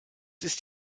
ist